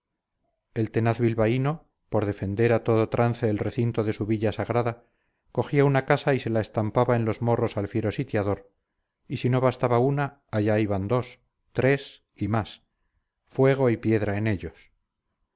el tenaz bilbaíno por defender a todo trance el recinto de su villa sagrada cogía una casa y se la estampaba en los morros al fiero sitiador y si no bastaba una allá iban dos tres y más fuego y piedra en ellos